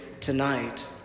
tonight